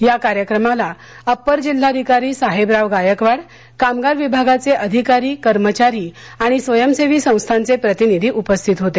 या कार्यक्रमाला अप्पर जिल्हाधिकारी साहेबराव गायकवाड कामगार विभागाचे अधिकारी कर्मचारी आणि स्वयंसेवी संस्थांचे प्रतिनिधी उपस्थित होते